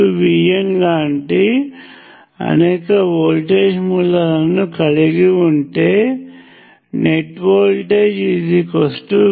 VN లాంటి అనేక voltage మూలాలను కలిగి ఉంటే నెట్ వోల్టేజ్ V1V2